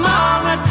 Mama